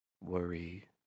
Worry